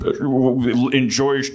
enjoy